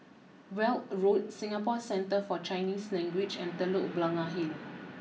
Weld Road Singapore Centre for Chinese Language and Telok Blangah Hill